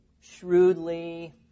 Shrewdly